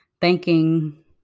thanking